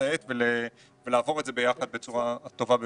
לציית ולעבור את זה ביחד בצורה הטובה ביותר.